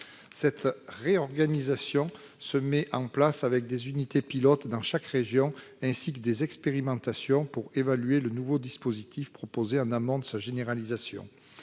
Cette réorganisation se met en place avec des unités pilotes dans chaque région ; des expérimentations sont menées pour évaluer le nouveau dispositif en amont de sa généralisation.